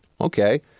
okay